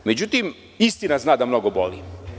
Međutim, istina zna da mnogo boli.